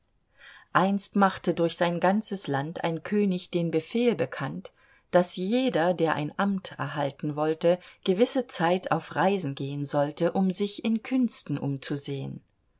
einst machte durch sein ganzes land ein könig den befehl bekannt daß jeder der ein amt erhalten wollte gewisse zeit auf reisen gehen sollte um sich in künsten umzusehn